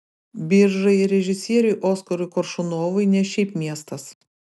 biržai režisieriui oskarui koršunovui ne šiaip miestas